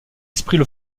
esprits